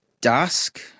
dusk